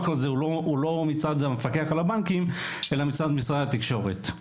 הזה הוא לא מצד המפקח על הבנקים אלא מצד משרד התקשורת.